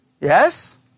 Yes